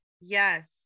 Yes